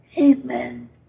Amen